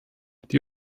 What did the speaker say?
die